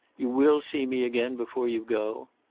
you will see me again before you go?